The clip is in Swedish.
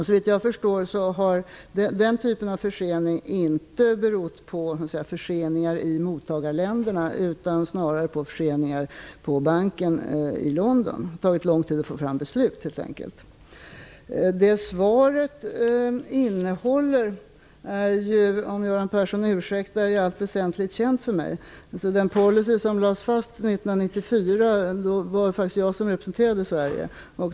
Såvitt jag förstår har den typen av försening inte berott på förseningar i mottagarländerna utan snarare på banken i London. Det har helt enkelt tagit lång tid att få fram ett beslut. Innehållet i svaret är, om Göran Persson ursäktar, i allt väsentligt känt för mig. När den här policyn lades fast 1994 var det faktiskt jag som representerade Sverige.